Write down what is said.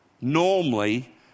normally